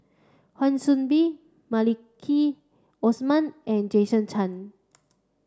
Wan Soon Bee Maliki Osman and Jason Chan